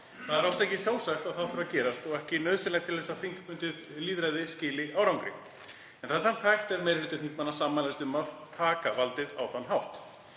Það er alls ekki sjálfsagt að það þurfi að gerast og ekki nauðsynlegt til þess að þingbundið lýðræði skili árangri, en það er samt hægt ef meiri hluti þingmanna sammælist um að taka valdið á þann hátt.